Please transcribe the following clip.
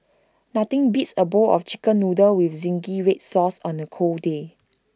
nothing beats A bowl of Chicken Noodles with Zingy Red Sauce on A cold day